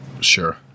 Sure